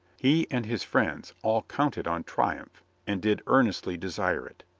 he and his friends all counted on triumph and did ear nestly desire it.